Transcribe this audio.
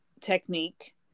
technique